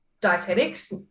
dietetics